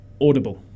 Audible